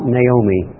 Naomi